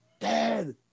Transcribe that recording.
Dead